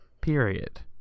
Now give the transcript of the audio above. period